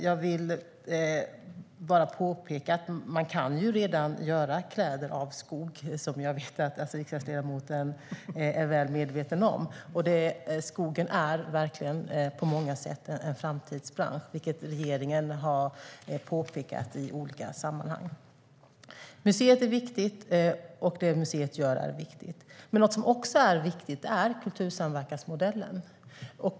Jag vill påpeka att det redan går att göra kläder av skog, och jag vet att riksdagsledamoten är väl medveten om det. Skogen är verkligen på många sätt en framtidsbransch, vilket regeringen i olika sammanhang också påpekat. Museet är viktigt, och det som museet gör är viktigt. Något som också är viktigt är kultursamverkansmodellen.